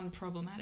unproblematic